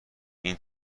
این